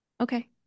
Okay